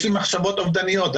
יש לי מחשבות אובדניות,